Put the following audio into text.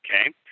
Okay